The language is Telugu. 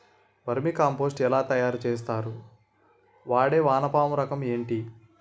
వెర్మి కంపోస్ట్ ఎలా తయారు చేస్తారు? వాడే వానపము రకం ఏంటి?